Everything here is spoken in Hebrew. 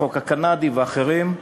החוק הקנדי ואחרים,